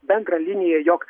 bendrą liniją jog